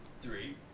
Three